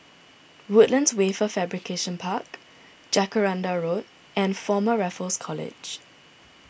Woodlands Wafer Fabrication Park Jacaranda Road and Former Raffles College